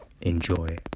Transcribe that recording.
Enjoy